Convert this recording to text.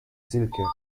silke